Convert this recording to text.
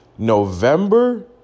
November